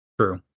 True